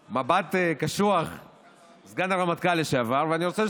אני לא מתווכח עכשיו מי צודק ומי לא,